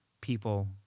people